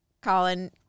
Colin